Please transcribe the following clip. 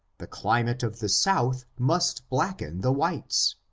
the climate of the south must blacken the whites